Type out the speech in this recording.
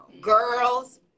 Girls